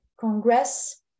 Congress